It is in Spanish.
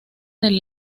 del